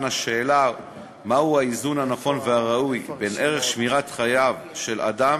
השאלה מהו האיזון הנכון והראוי בין ערך שמירת חייו של אדם